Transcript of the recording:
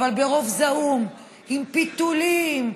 אבל ברוב זעום, עם פיתולים ממש,